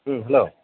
ꯎꯝ hello